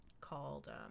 called